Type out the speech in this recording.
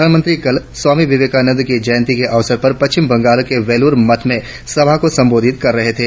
प्रधानमंत्री कल स्वामी विवेकानंद की जयन्ती के अवसर पर पश्चिम बंगाल में बेलूर मठ में सभा को संबोधित कर रहे थे